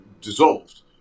dissolved